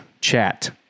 chat